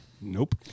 Nope